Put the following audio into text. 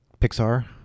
Pixar